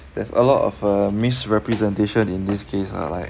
there's a lot of err misrepresentation in this case ah like